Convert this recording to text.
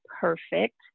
perfect